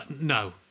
no